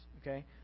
okay